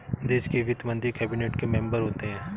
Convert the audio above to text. देश के वित्त मंत्री कैबिनेट के मेंबर होते हैं